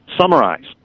Summarize